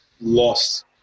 lost